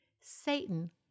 Satan